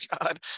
god